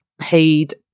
paid